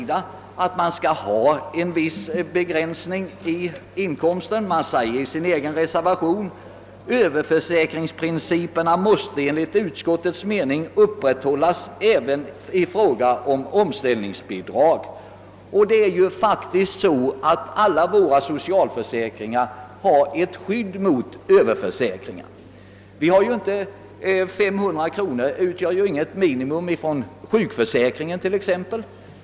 Det framhålles nämligen 1 reservation 2 till statsutskottets utlåtande bl.a. följande: »Överförsäkringsprinciperna måste enligt utskottets mening upprätthållas även i fråga om omställningsbidrag.» Alla våra socialförsäkringar har ju också ett skydd mot överförsäkring. 900 kronor utgör ju t.ex. inget minimum då det gäller sjukförsäkringen.